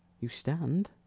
you stand.